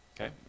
okay